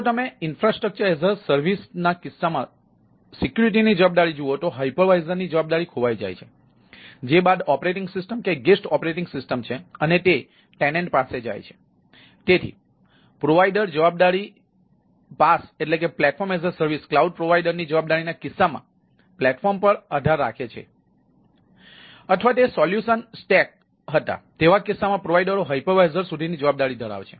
જો તમે IaaS ના કિસ્સામાં સુરક્ષાની જવાબદારી જુઓ તો હાયપરવિઝર હતાતેવા કિસ્સામાં પ્રોવાઇડરો હાઇપરવિઝર સુધીની જવાબદારી ધરાવે છે